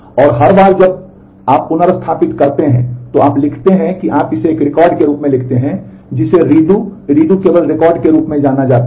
और हर बार जब आप पुनर्स्थापित करते हैं तो आप लिखते हैं कि आप इसे एक रिकॉर्ड के रूप में लिखते हैं जिसे रीडू रीडू केवल रिकॉर्ड के रूप में जाना जाता है